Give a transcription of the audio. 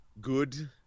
good